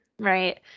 Right